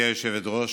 גברתי היושבת-ראש,